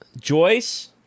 Joyce